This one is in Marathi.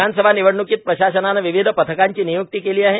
विधानसभा निवडण्कीत प्रशासनानं विविध पथकांची निय्क्ती केली आहे